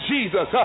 Jesus